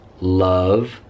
love